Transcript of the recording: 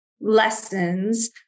lessons